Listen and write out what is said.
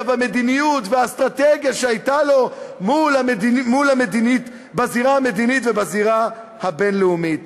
והמדיניות והאסטרטגיה שהייתה לו בזירה המדינית ובזירה הבין-לאומית.